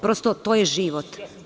Prosto, to je život.